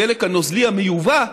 הדלק הנוזלי המיובא,